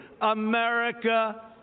America